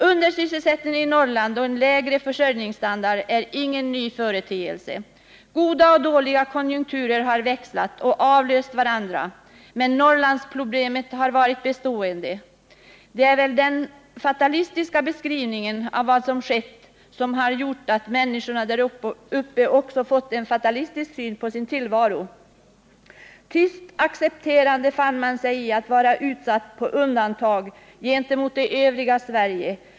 Undersysselsättningen i Norrland och en lägre försörjningsstandard är ingen ny företeelse. Goda och dåliga konjunkturer har växlat och avlöst varandra, men Norrlandsproblemet har varit bestående. Det är väl den fatalistiska beskrivningen av vad som skett som har gjort att människorna där uppe också fått en fatalistisk syn på sin egen tillvaro. Tyst och accepterande fann man sig i att vara satt på undantag gentemot det övriga Sverige.